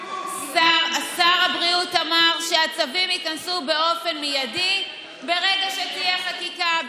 שר הבריאות אמר שהצווים ייכנסו באופן מיידי ברגע שתהיה חקיקה,